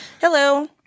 Hello